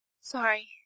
Sorry